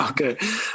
Okay